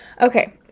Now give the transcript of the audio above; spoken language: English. Okay